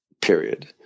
Period